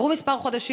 עברו חודשים מספר.